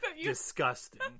disgusting